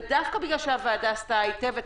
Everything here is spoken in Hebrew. ודווקא בגלל שהוועדה עשתה היטב את